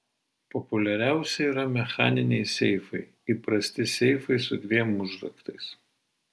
populiariausi yra mechaniniai seifai įprasti seifai su dviem užraktais